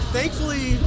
Thankfully